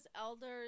elders